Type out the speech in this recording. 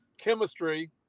chemistry